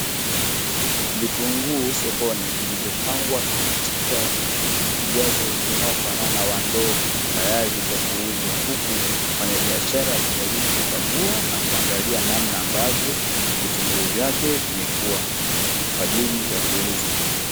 Vitunguu sokoni, vilivyopangwa katika, ujazo unaofanana wa ndoo tayari kwa kuuzwa. Huku mfanyabiashara akijaribu kukagua na kuangalia namna ambavyo, vitunguu vyake vimekuwa kwa ajili ya kuuza.